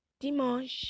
dimanche